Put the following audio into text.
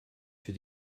für